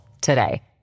today